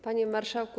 Panie Marszałku!